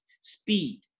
speed